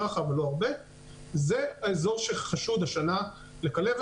זה האזור שחשוד השנה בכלבת.